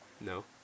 No